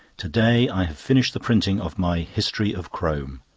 to-day i have finished the printing of my history of crome.